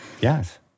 Yes